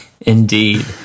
Indeed